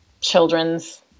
children's